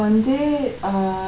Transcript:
வந்து:vanthu uh